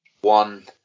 one